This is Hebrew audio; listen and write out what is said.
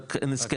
רק אין הסכם.